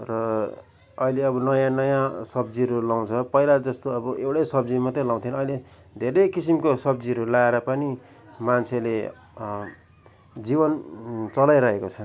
र अहिले अब नयाँ नयाँ सब्जीहरू लाउँछ पहिला जस्तो अब एउटै सब्जी मात्रै लाउथे अहिले धेरै किसिमको सब्जीहरू लाएर पनि मान्छेले जीवन चलाइरहेको छ